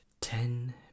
Ten